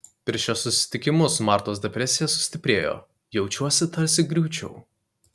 per šiuos susitikimus martos depresija sustiprėjo jaučiuosi tarsi griūčiau